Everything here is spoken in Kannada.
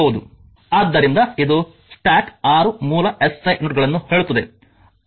ಆದ್ದರಿಂದ ಇದು ಸ್ಟ್ಯಾಟ್ 6 ಮೂಲ ಎಸ್ಐ ಯೂನಿಟ್ಗಳನ್ನು ಹೇಳುತ್ತದೆ